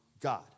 God